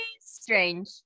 strange